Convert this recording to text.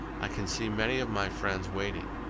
i can see many of my friends waiting.